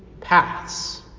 paths